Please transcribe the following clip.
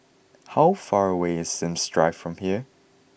how far away is Sims Drive from here